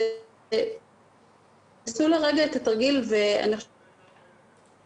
זה אם מסתכלים על סיגריות ונרגילות וסיגריות אלקטרוניות לעומת אלכוהול,